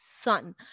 sun